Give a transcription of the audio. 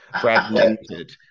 fragmented